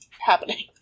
happening